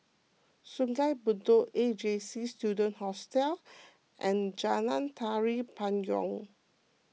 Sungei Bedok A J C Student Hostel and Jalan Tari Payong